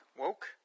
Woke